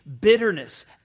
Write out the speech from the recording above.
bitterness